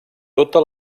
tota